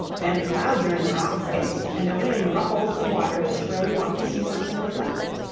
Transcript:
then the clouds are in the wrong place, and a wind ruffles the water just where we want to see something reflected.